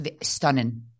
stunning